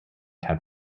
had